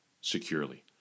securely